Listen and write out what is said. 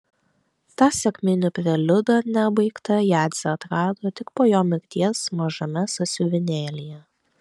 tą sekminių preliudą nebaigtą jadzė atrado tik po jo mirties mažame sąsiuvinėlyje